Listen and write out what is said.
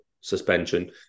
suspension